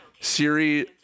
Siri